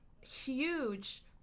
huge